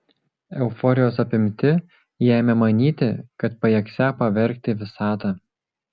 euforijos apimti jie ėmė manyti kad pajėgsią pavergti visatą